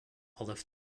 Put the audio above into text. olive